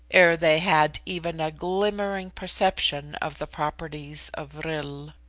ere they had even a glimmering perception of the properties of vril!